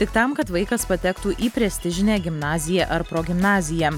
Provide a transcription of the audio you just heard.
tik tam kad vaikas patektų į prestižinę gimnaziją ar progimnaziją